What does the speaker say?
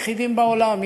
היחידים בעולם,